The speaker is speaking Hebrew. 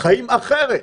חיים אחרת?